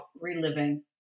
reliving